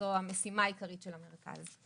זו המשימה המרכזית של המרכז.